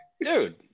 Dude